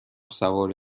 سوار